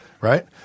right